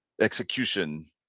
execution